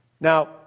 Now